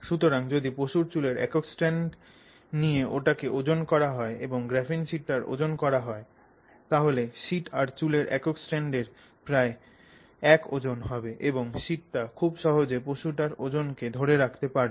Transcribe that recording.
সুতরাং যদি পশুর চুলের একক স্ট্র্যান্ড নিয়ে ওটাকে ওজন করা হয় এবং গ্রাফিন শিটটার ওজন করা হয় তাহলে শিট আর চুলের একক স্ট্র্যান্ডের ওজন প্রায় এক হবে এবং শিটটা খুব সহজে পশুটার ওজনকে ধরে রাখতে পারবে